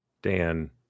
Dan